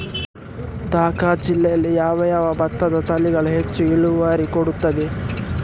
ದ.ಕ ಜಿಲ್ಲೆಯಲ್ಲಿ ಯಾವ ಯಾವ ಭತ್ತದ ತಳಿಗಳು ಹೆಚ್ಚು ಇಳುವರಿ ಕೊಡುತ್ತದೆ?